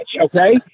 okay